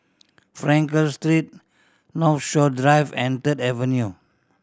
Frankel Street Northshore Drive and Third Avenue